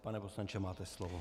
Pane poslanče, máte slovo.